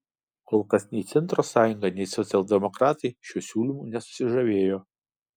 kol kas nei centro sąjunga nei socialdemokratai šiuo siūlymu nesusižavėjo